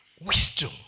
wisdom